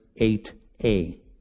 8a